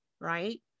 right